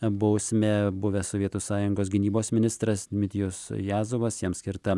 bausme buvęs sovietų sąjungos gynybos ministras dmitrijus jazovas jam skirta